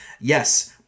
Yes